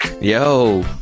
Yo